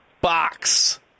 box